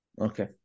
Okay